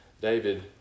David